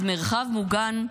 אז מרחב מוגן,